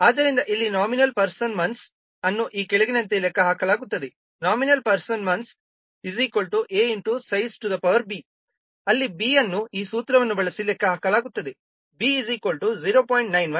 ಆದ್ದರಿಂದ ಇಲ್ಲಿ nominal person months ಅನ್ನು ಈ ಕೆಳಗಿನಂತೆ ಲೆಕ್ಕಹಾಕಲಾಗುತ್ತದೆ Nominal person months AB ಅಲ್ಲಿ B ಅನ್ನು ಈ ಸೂತ್ರವನ್ನು ಬಳಸಿ ಲೆಕ್ಕ ಹಾಕಲಾಗುತ್ತದೆ B 0